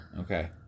Okay